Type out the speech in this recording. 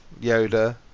Yoda